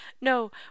no